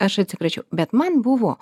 aš atsikračiau bet man buvo